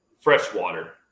freshwater